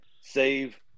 save